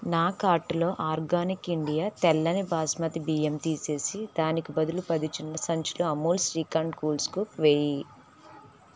నా కార్టులో organic India తెల్లని బాస్మతి బియ్యం తీసేసి దానికి బదులు పది చిన్న సంచులు అమూల్ శ్రీఖండ్ కూల్ స్కూప్ వెయ్యి